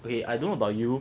okay I don't know about you